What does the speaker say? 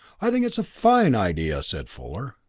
i think it is a fine idea, said fuller.